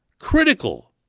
Critical